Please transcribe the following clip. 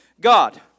God